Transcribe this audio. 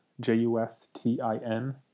J-U-S-T-I-N